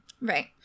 Right